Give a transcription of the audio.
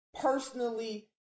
personally